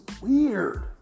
weird